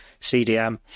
CDM